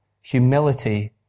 Humility